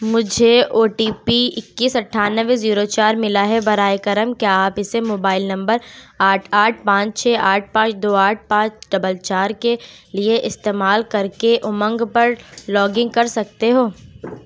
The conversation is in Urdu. مجھے او ٹی پی اکیس اٹھانوے زیرو چار ملا ہے برائے کرم کیا آپ اسے موبائل نمبر آٹھ آٹھ پانچ چھ آٹھ پانچ دو آٹھ پانچ دبل چار کے لیے استعمال کر کے امنگ پر لاگنگ کر سکتے ہو